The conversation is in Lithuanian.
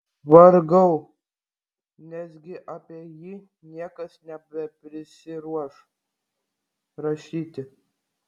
vargau nesgi apie jį niekas nebeprisiruoš rašyti